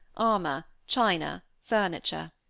armor, china, furniture.